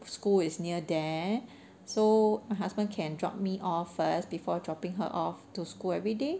school is near there so my husband can drop me off first before dropping her off to school every day